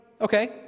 Okay